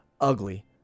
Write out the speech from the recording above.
Ugly